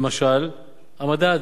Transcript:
למשל המדד,